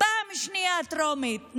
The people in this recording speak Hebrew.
פעם שנייה טרומית,